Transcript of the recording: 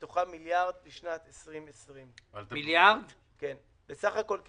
מתוכם מיליארד לשנת 2020. בסך הכול,